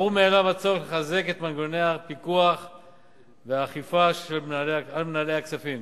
ברור מאליו הצורך לחזק את מנגנוני הפיקוח והאכיפה על מנהלי הכספים.